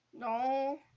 No